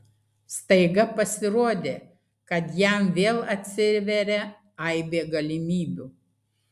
staiga pasirodė kad jam vėl atsiveria aibė galimybių